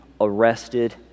arrested